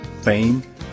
fame